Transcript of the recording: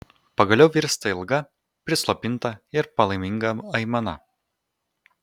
pagaliau virsta ilga prislopinta ir palaiminga aimana